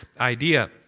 idea